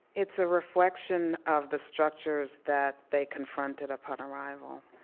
it's a reflection of the structures that they confronted upon arrival.